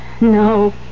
No